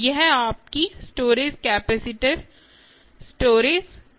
यह आपकी storage capacitor storage cap है